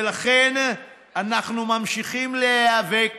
ולכן אנחנו ממשיכים להיאבק